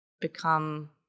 become